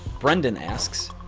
brendan asks,